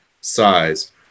size